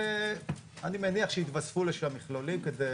ואני מניח שיתווספו לשם מכלולים כדי